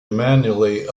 manually